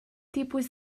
tipus